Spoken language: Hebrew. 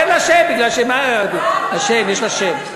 אין לה שם בגלל, יש לה שם.